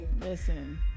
Listen